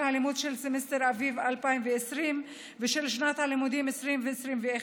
הלימוד של סמסטר אביב 2020 ושל שנת הלימודים 2020/21,